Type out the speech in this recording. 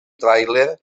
tràiler